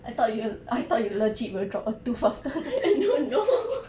no no